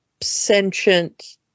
sentient